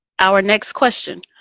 our next question.